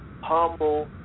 humble